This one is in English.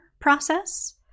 process